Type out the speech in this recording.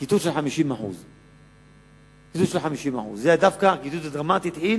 היה קיצוץ של 50%. הקיצוץ הדרמטי התחיל